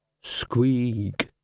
Squeak